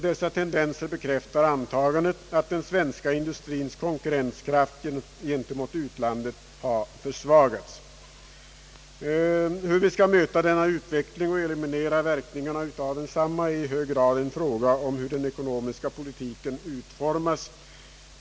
Dessa tendenser bekräftar antagandet att den svenska industrins «konkurrenskraft gentemot utlandet har försvagats. Hur vi skall möta denna utveckling och eliminera verkningarna av densamma är i hög grad en fråga om hur den ekonomiska politiken utformas.